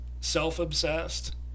self-obsessed